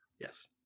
yes